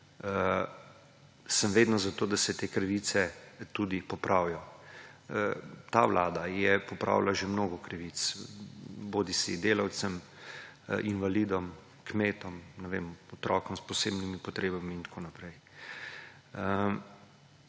sem vedno za to, da se te krivice tudi popravijo. Ta vlada je popravila že mnogo krivic, bodisi delavcem, invalidom, kmetom, ne vem, otrokom s posebnimi potrebami in tako naprej.